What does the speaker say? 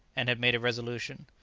and had made a resolution,